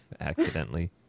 accidentally